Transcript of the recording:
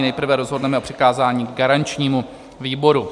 Nejprve rozhodneme o přikázání garančnímu výboru.